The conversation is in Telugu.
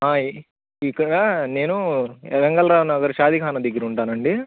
ఇక్కడ నేనూ వెంగళరావు నగర్ షాదీఖానా దగ్గర ఉంటానండి